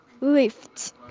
lift